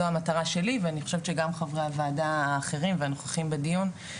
זאת המטרה שלי ואני חושבת שגם חברי הוועדה האחרים והנוכחים בדיון,